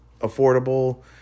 affordable